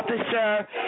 officer